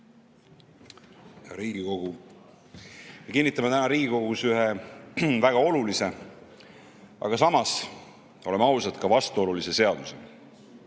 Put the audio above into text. kolleegid! Me kinnitame täna Riigikogus ühe väga olulise, aga samas, oleme ausad, ka vastuolulise seaduse.